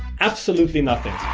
absolutely nothing.